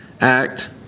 act